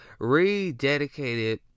rededicated